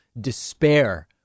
despair